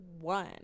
one